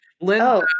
linda